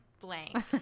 blank